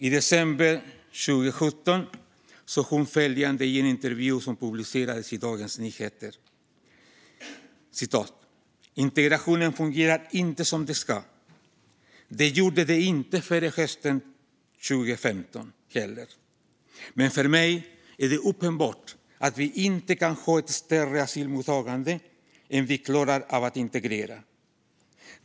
I december 2017 publicerades följande intervju i Dagens Nyheter: "Integrationen fungerar inte som den ska. Det gjorde den inte före hösten 2015 heller, men för mig är det uppenbart att vi inte kan ha ett större asylmottagande än vi klarar av att integrera.